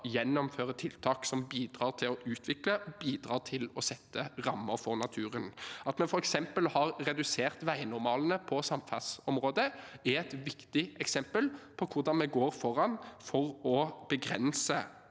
gjennomfører tiltak som bidrar til å utvikle og bidrar til å sette rammer for naturen. At vi f.eks. har redusert veinormalene på samferdselsområdet, er et viktig eksempel på hvordan vi går foran for å begrense